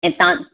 इतां